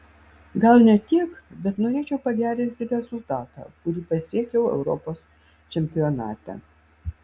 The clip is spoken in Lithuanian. gal ne tiek bet norėčiau pagerinti rezultatą kurį pasiekiau europos čempionate